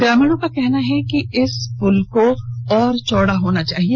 ग्रामीणों का कहना है कि इस पुल को और चौड़ा होना चाहिए